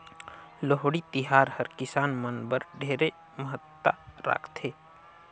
लोहड़ी तिहार हर किसान मन बर ढेरे महत्ता राखथे